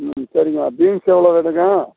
ம் சரிங்க பீன்ஸ் எவ்வளோ வேணுங்க